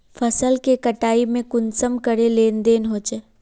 फसल के कटाई में कुंसम करे लेन देन होए?